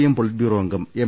M politburo അംഗം M